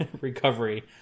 recovery